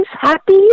Happy